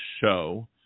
show